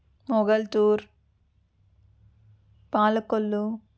Mogalthur Palakollu